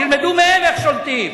תלמדו מהם איך שולטים.